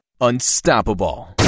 unstoppable